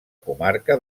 comarca